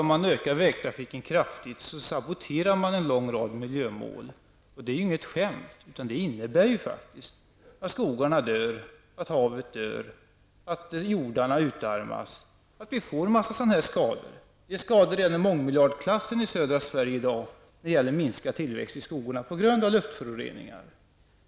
Om man ökar vägtrafiken kraftigt saboterar man en lång rad miljömål. Det är inget skämt, utan det innebär faktiskt att skogarna och havet dör, att jordarna utarmas och att vi får en mängd skador. Det rör sig i dag om skador i mångmiljardklassen i södra Sverige och minskad tillväxt i skogarna på grund av luftföroreningar.